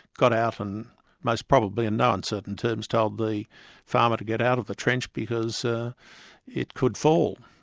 got out and most probably in no uncertain terms told the farmer to get out of the trench, because ah it could fall.